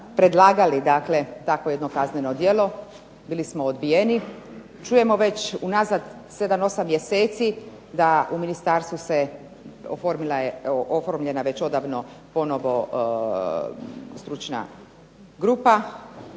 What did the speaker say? predlagali dakle takvo jedno kazneno djelo, bili smo odbijeni. Čujemo već unazad 7, 8 mjeseci da u ministarstvu se oformila, oformljena već odavno ponovno stručna grupa